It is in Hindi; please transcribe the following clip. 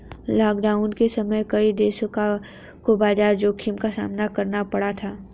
लॉकडाउन के समय कई देशों को बाजार जोखिम का सामना करना पड़ा था